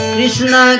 Krishna